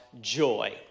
joy